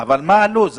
אבל, מה הלו"ז?